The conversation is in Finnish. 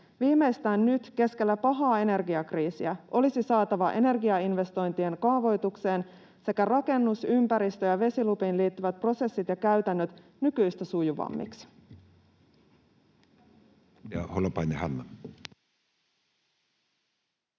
Viimeistään nyt, keskellä pahaa energiakriisiä, olisi saatava energiainvestointien kaavoitukseen sekä rakennus‑, ympäristö‑ ja vesilupiin liittyvät prosessit ja käytännöt nykyistä sujuvammiksi.